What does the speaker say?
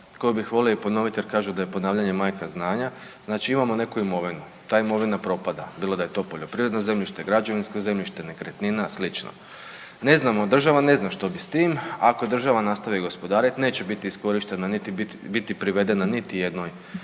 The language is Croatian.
koju bih volio i ponoviti jer kažu da je ponavljanje majka znanja. Znači imamo neku imovinu, ta imovina propada bilo da je to poljoprivredno zemljište, građevinsko zemljište, nekretnina, slično. Ne znamo, država ne zna što bi s tim, ako država nastavi gospodariti neće biti iskorišteno, niti biti privedeno niti jednoj